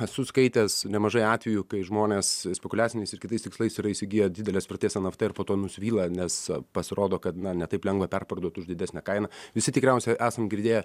esu skaitęs nemažai atvejų kai žmonės spekuliaciniais ir kitais tikslais yra įsigiję didelės vertės nft ir po to nusvyla nes pasirodo kad na ne taip lengva perparduot už didesnę kainą visi tikriausiai esam girdėję